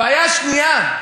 הבעיה השנייה: